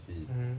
mmhmm